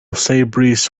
sabres